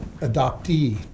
adoptee